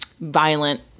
Violent